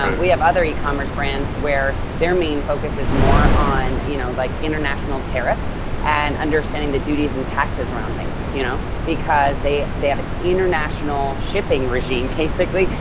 um we have other e-commerce brands where their main focus is more on you know like international tariffs and understanding the duties and taxes around things, you know because they they have an international shipping regime basically.